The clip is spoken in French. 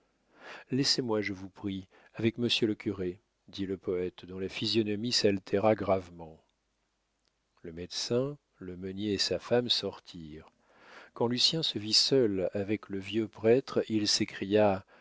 laissez-moi je vous prie avec monsieur le curé dit le poète dont la physionomie s'altéra gravement le médecin le meunier et sa femme sortirent quand lucien se vit seul avec le vieux prêtre il s'écria